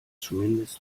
zumindest